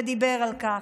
ודיבר על כך,